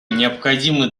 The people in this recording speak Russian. необходимы